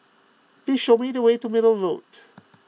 please show me the way to Middle Road